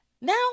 now